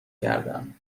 کردم